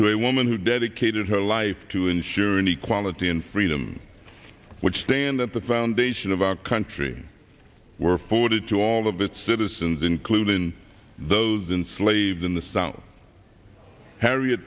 to a woman who dedicated her life to ensuring the quality and freedom which stand at the foundation of our country were forwarded to all of its citizens including those in slaves in the south harriet